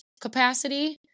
capacity